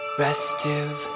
restive